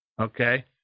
Okay